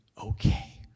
okay